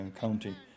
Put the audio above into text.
county